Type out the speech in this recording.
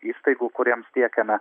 įstaigų kuriems tiekiame